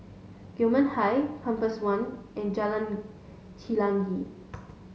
Gillman Height Compass One and Jalan Chelagi